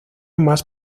más